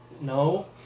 no